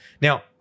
Now